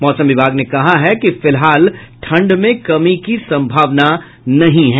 मौसम विभाग ने कहा है कि फिलहाल ठंड में कमी की सम्भावन नहीं है